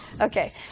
okay